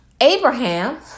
Abraham